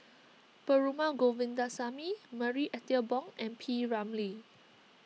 Perumal Govindaswamy Marie Ethel Bong and P Ramlee